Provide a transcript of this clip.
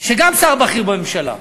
שגם, שר בכיר בממשלה.